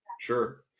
Sure